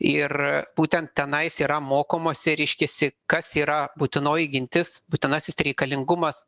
ir būtent tenais yra mokomosi reiškiasi kas yra būtinoji gintis būtinasis reikalingumas